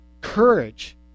courage